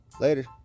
later